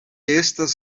estas